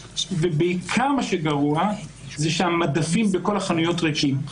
ובעיקר מה שגרוע זה שהמדפים בכל החנויות ריקים.